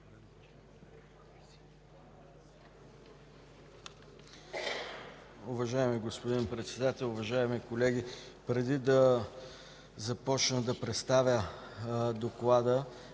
Уважаеми господин Председател, уважаеми колеги! Преди да представя доклада,